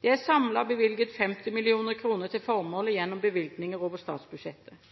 Det er samlet bevilget 50 mill. kr til formålet gjennom bevilgninger over statsbudsjettet.